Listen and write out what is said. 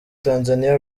tanzaniya